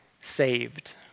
saved